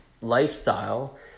lifestyle